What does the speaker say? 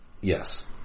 Yes